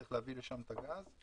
צריך להביא לשם את הגז.